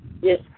Yes